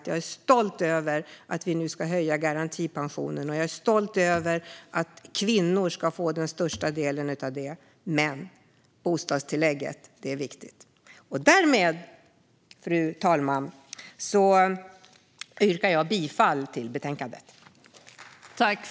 Jag är stolt över att vi nu ska höja garantipensionen, och jag är stolt över att kvinnor ska få den största delen av detta. Bostadstillägget är viktigt. Därmed, fru talman, yrkar jag bifall till utskottets förslag.